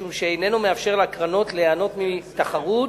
משום שאיננו מאפשר לקרנות ליהנות מתחרות,